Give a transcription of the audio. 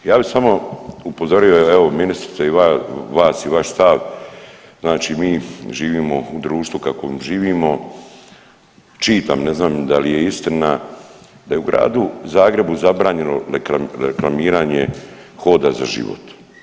Ja bi samo upozorio, evo ministrice i vas i vaš stav znači mi živimo u društvu u kakvom živimo, čitam, ne znam dal je istina da je u Gradu Zagrebu zabranjeno reklamiranje „Hoda za život“